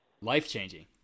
life-changing